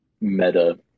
meta